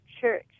church